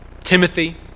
Timothy